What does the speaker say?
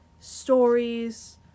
stories